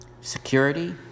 security